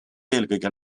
eelkõige